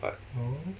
but